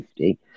50